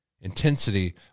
intensity